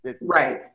Right